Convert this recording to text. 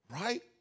Right